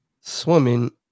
swimming